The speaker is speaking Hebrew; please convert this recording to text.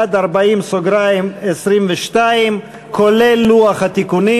עד 40(22), כולל לוח התיקונים.